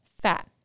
fat